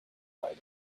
right